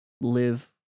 live